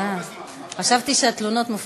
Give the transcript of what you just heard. חבר הכנסת נחמן שי,